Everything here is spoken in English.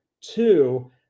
Two